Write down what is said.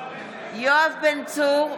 יואב בן צור,